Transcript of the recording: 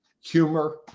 humor